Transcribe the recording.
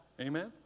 Amen